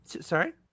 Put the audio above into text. sorry